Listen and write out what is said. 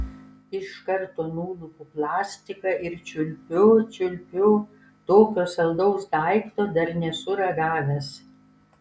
iš karto nulupu plastiką ir čiulpiu čiulpiu tokio saldaus daikto dar nesu ragavęs